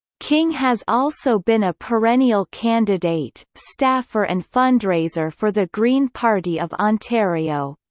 king has also been a perennial candidate, staffer and fundraiser for the green party of ontario.